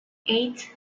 eight